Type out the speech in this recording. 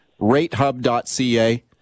ratehub.ca